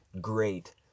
great